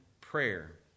prayer